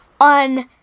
on